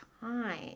time